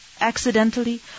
accidentally